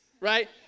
right